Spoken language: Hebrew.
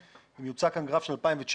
אם יוצר כאן גרף של 2019,